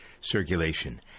circulation